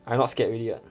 I not scared already [what]